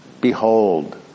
Behold